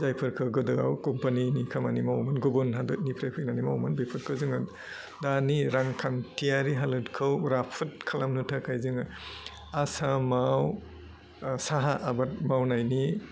जायफोरखौ गोदोआव कम्पानिनि खामानि मावोमोन गुबुन हादोदनिफ्राय फैनानै मावोमोन बेफोरखौ जोङो दानि रांखान्थियारि हालोदखौ राफोद खालामनो थाखाय जोङो आसामाव साहा आबाद मावनायनि